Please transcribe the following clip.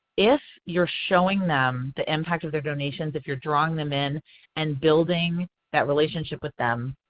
if you are showing them the impact of their donations, if you are drawing them in and building that relationship with them,